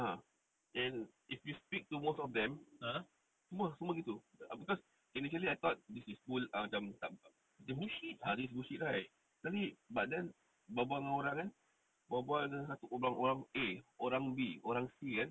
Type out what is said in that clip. ah and if you speak to most of them semua semua gitu ah because initially I thought this is full macam tak this is bullshit right sekali but then berbual dengan orang sana berbual lepas tu orang-orang A orang B orang C kan